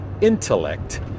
intellect